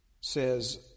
says